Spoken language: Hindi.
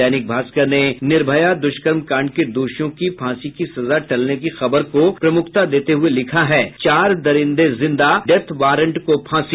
दैनिक भास्कर ने निर्भया दुष्कर्म कांड के दोषियों की फांसी की सजा टलने की खबर को प्रमुखता देते हुए लिखा है चार दरिंदे जिंदा डेथ वारंट को फांसी